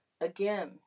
Again